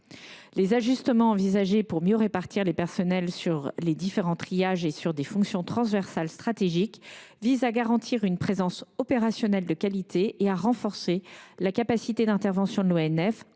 Les ajustements envisagés pour mieux répartir les personnels sur les différents triages et sur des fonctions transversales stratégiques visent à garantir une présence opérationnelle de qualité, et à renforcer une capacité d’intervention adaptée